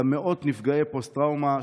גם מאות נפגעי פוסט-טראומה,